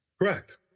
Correct